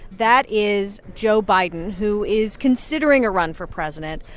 that is joe biden, who is considering a run for president.